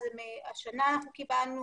השנה אנחנו קיבלנו